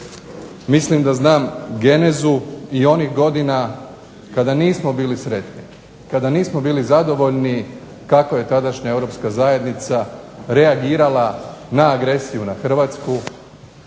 Mislim da znam genezu i onih godina kada nismo bili sretni, kada nismo bili zadovoljni kako je tadašnja Europska zajednica reagirala na agresiju na Hrvatsku,